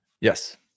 Yes